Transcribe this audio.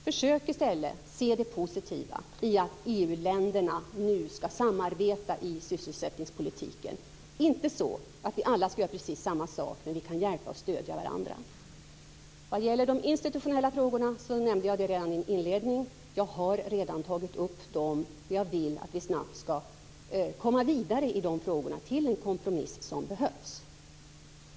Försök i stället se det positiva i att EU-länderna nu skall samarbeta i sysselsättningspolitiken - inte så att vi alla skall göra precis samma sak, men vi kan hjälpa och stödja varandra. Jag nämnde i min inledning att jag redan har tagit upp de institutionella frågorna. Jag vill att vi snabbt skall komma vidare till de frågorna och nå en kompromiss som behövs.